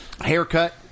haircut